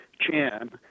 Chan